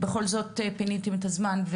בכל זאת פיניתן את הזמן,